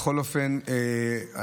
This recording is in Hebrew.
בכל אופן,